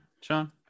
sean